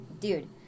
Dude